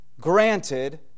granted